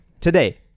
today